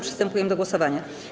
Przystępujemy do głosowania.